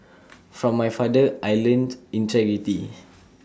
from my father I learnt integrity